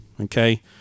okay